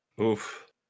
Oof